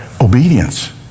Obedience